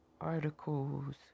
articles